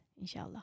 inshallah